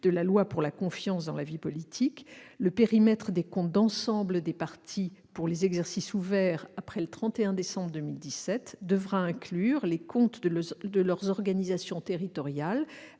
de la loi pour la confiance dans la vie politique, le périmètre des comptes d'ensemble des partis pour les exercices ouverts après le 31 décembre 2017 devra inclure les comptes des organisations territoriales